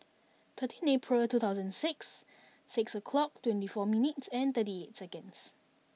thirteen April two thousand six six o'clock twenty four minutes and thirty eight seconds